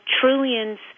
trillions